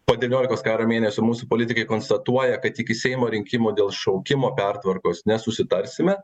po devyniolikos karo mėnesių mūsų politikai konstatuoja kad iki seimo rinkimų dėl šaukimo pertvarkos nesusitarsime